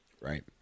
right